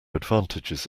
advantages